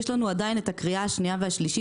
יש לנו עדין את הקריאה השנייה והשלישית,